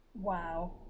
Wow